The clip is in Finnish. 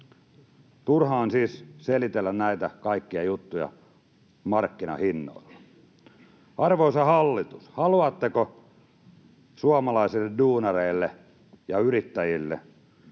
Turha on siis selitellä näitä kaikkia juttuja markkinahinnoilla. Arvoisa hallitus, haluatteko suomalaisille duunareille ja yrittäjille